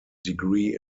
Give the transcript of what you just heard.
degree